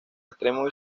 extremo